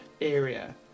area